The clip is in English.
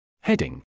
Heading